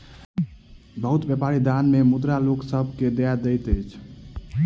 बहुत व्यापारी दान मे मुद्रा लोक सभ के दय दैत अछि